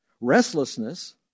restlessness